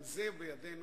גם זה בידינו,